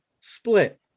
split